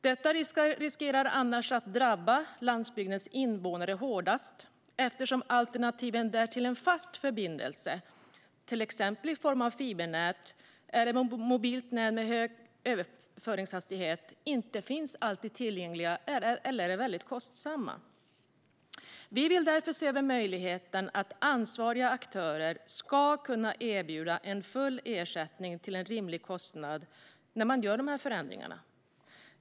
Detta riskerar annars att drabba landsbygdens invånare hårdast eftersom alternativen där till en fast förbindelse, till exempel i form av fibernät eller mobilt nät med hög överföringshastighet, inte alltid finns eller är väldigt kostsamma. Vi vill därför se över möjligheten att ansvariga aktörer ska kunna erbjuda en fullgod ersättning till en rimlig kostnad när man gör de här förändringarna.